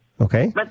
okay